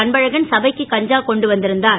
அன்பழகன் சபைக்கு கஞ்சா கொண்டு வந்திருந்தார்